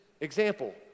example